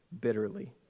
bitterly